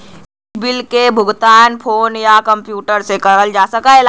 electronic bill क भुगतान phone या कम्प्यूटर से करल जा सकला